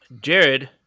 Jared